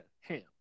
Ham